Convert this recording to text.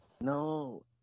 No